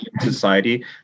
society